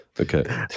Okay